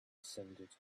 descended